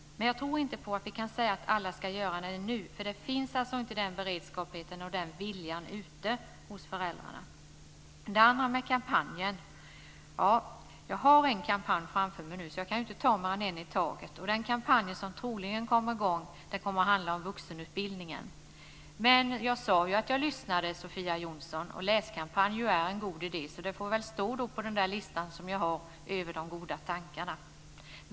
Men jag tror inte på att vi kan säga att alla ska starta föräldrastyrelser nu, för den beredskapen och viljan finns inte ute hos föräldrarna. Den andra frågan gällde kampanjen. Jag har en kampanj framför mig nu, och jag kan ju inte ta mer än en kampanj i taget. Den kampanj som troligen kommer i gång kommer att handla om vuxenutbildningen. Men jag sade ju att jag lyssnar, Sofia Jonsson, och läskampanjen är ju en god idé, så det får väl stå på den lista som jag har över de goda tankarna.